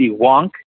wonk